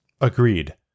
agreed